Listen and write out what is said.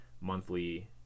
monthly